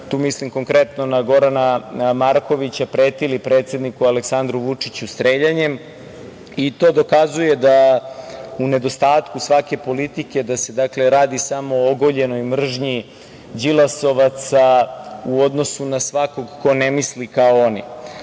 tu mislim konkretno na Gorana Markovića, pretili predsedniku Aleksandru Vučiću streljanjem. To dokazuje da u nedostatku svake politike da se radi samo o ogoljenoj mržnji đilasovaca u odnosu na svakog ko ne misli kao oni. Sada